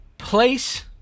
Place